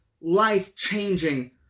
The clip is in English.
life-changing